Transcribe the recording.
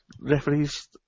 referees